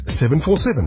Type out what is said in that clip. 747